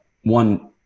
one